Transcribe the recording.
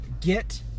get